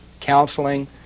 counseling